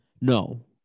No